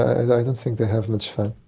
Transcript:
i don't think they have much fun.